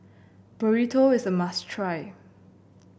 burrito is a must try